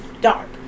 dark